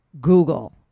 Google